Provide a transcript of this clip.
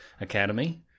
academy